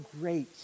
great